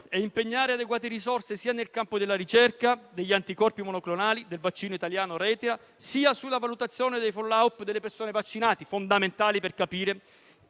e impegnare adeguate risorse, sia nel campo della ricerca, degli anticorpi monoclonali, del vaccino italiano ReiThera, sia sulla valutazione dei *follow-up* delle persone vaccinate, fondamentali per capire